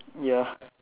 ya